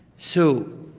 so